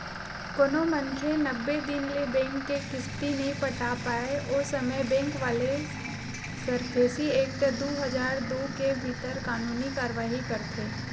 कोनो मनखे नब्बे दिन ले बेंक के किस्ती नइ पटा पाय ओ समे बेंक वाले सरफेसी एक्ट दू हजार दू के भीतर कानूनी कारवाही करथे